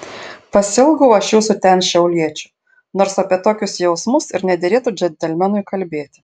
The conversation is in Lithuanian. pasiilgau aš jūsų ten šiauliečių nors apie tokius jausmus ir nederėtų džentelmenui kalbėti